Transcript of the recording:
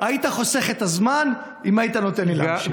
היית חוסך את הזמן אם היית נותן לי להמשיך.